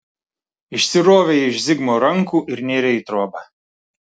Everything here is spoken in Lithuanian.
išsirovei iš zigmo rankų ir nėrei į trobą